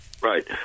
Right